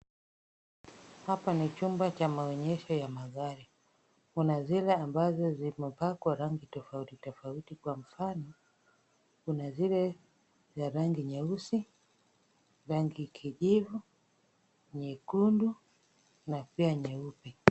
Hapa ni chumba cha maonyesho ya magari. Kuna zile ambazo zimepakwa rangi tofauti tofauti kwa mfano: kuna zile za rangi nyeusi, rangi kijivu, nyekundu na pia nyeupe.